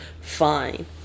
fine